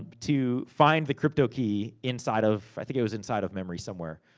to find the cryptokey inside of. i think it was inside of memory somewhere,